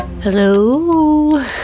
Hello